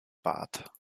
barth